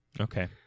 Okay